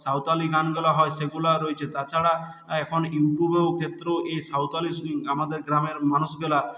সাঁওতালি গানগুলো হয় সেগুলো রয়েছে তাছাড়া এখন ইউটিউবের ক্ষেত্রও এই সাঁওতালি আমাদের গ্রামের মানুষগুলো